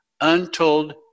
untold